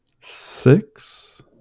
six